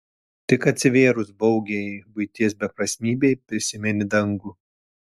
tik atsivėrus baugiajai buities beprasmybei prisimeni dangų